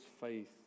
faith